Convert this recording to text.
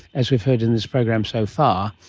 as we've heard in this program so far,